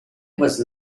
was